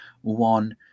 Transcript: one